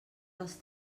dels